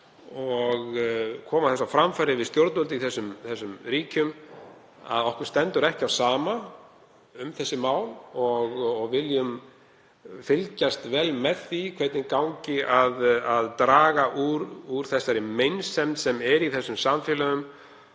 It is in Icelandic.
og koma því á framfæri við stjórnvöld í þeim ríkjum að okkur stendur ekki á sama um þessi mál og viljum fylgjast vel með því hvernig gengur að draga úr meinsemdinni sem er í þessum samfélögum,